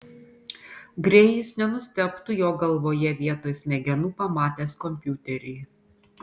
grėjus nenustebtų jo galvoje vietoj smegenų pamatęs kompiuterį